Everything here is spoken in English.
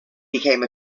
became